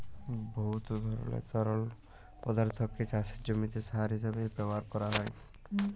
বহুত ধরলের তরল পদাথ্থকে চাষের জমিতে সার হিঁসাবে ব্যাভার ক্যরা যায়